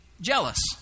jealous